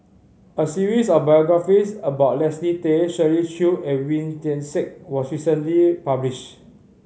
a series of biographies about Leslie Tay Shirley Chew and Wee Tian Siak was recently published